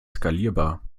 skalierbar